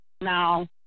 Now